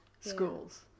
schools